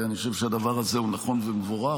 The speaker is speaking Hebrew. ואני חושב שהדבר הזה נכון ומבורך.